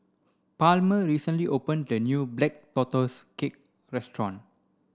Palmer recently opened a new black tortoise cake restaurant